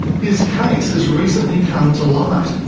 his case has recently come to light,